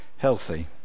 healthy